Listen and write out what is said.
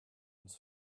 uns